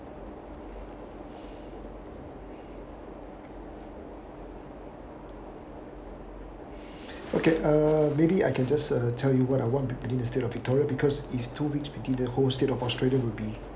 okay uh maybe I can just uh tell you what I want to put in state of victoria because if two weeks we did the whole state of australia will be